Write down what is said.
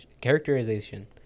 characterization